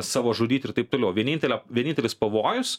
savo žudyt ir taip toliau vienintelio vienintelis pavojus